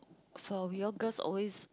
for we all girls always